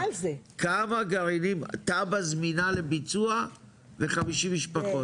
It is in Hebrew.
כמה גרעינים תב"ע זמינה לביצוע ו-50 משפחות.